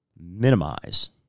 minimize